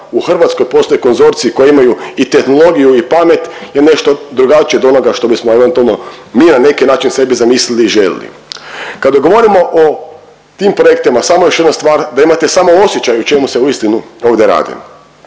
u Hrvatskoj postoji konzorcij koji imaju i tehnologiju i pamet je nešto drugačije od onoga što bismo eventualno mi na neki način sebi zamisliti i želili. Kada govorimo o tim projektima samo još jedna stvar, da imate samo osjećaj o čemu se uistinu ovdje radi.